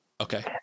Okay